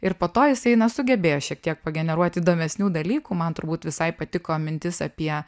ir po to jisai na sugebėjo šiek tiek pageneruot įdomesnių dalykų man turbūt visai patiko mintis apie